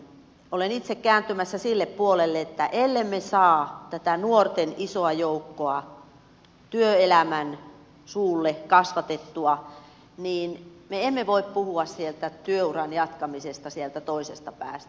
olen itse kääntymässä sille puolelle että el lemme saa tätä nuorten isoa joukkoa työelämän suulle kasvatettua niin me emme voi puhua työuran jatkamisesta sieltä toisesta päästä